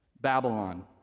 Babylon